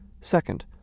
Second